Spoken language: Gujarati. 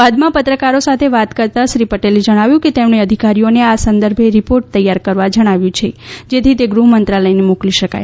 બાદમાં પત્રકારો સાથે વાત કરતાં શ્રી પટેલે જણાવ્યું કે તેમણે અધિકારીઓને આ સંદર્ભે રિપોર્ટ તૈયાર કરવા જણાવ્યું છે જેથી તે ગૃહ મંત્રાલયને મોકલી શકાય